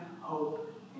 hope